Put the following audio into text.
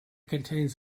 contains